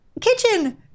kitchen